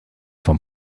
vom